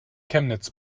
chemnitz